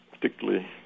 particularly